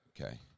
Okay